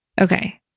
Okay